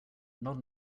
not